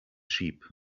sheep